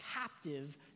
captive